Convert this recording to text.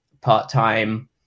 part-time